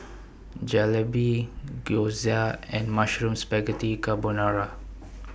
Jalebi Gyoza and Mushroom Spaghetti Carbonara